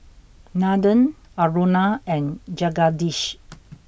Nandan Aruna and Jagadish